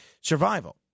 survival